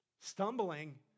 stumbling